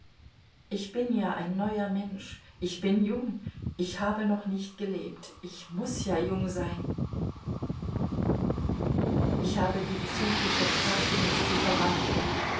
ich bin ja ein neuer mensch ich bin jung ich habe noch nicht gelebt ich muß ja jung sein ich habe die psychische kraft mich zu verwandeln